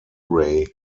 ray